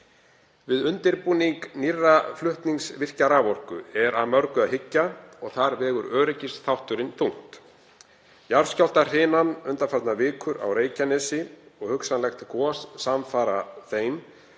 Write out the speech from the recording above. Við undirbúning nýrra flutningsvirkja raforku er að mörgu að hyggja og þar vegur öryggisþátturinn þungt. Jarðskjálftahrinan undanfarnar vikur á Reykjanesi og hugsanlegt gos samfara henni